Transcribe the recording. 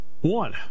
One